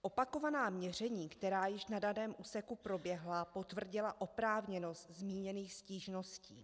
Opakovaná měření, která již na daném úseku proběhla, potvrdila oprávněnost zmíněných stížností.